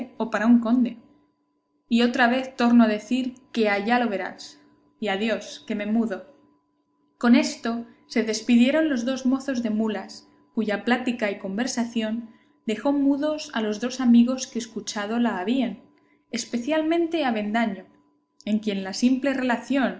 o para un conde y otra vez torno a decir que allá lo verás y adiós que me mudo con esto se despidieron los dos mozos de mulas cuya plática y conversación dejó mudos a los dos amigos que escuchado la habían especialmente avendaño en quien la simple relación